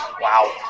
Wow